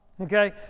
okay